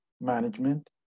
management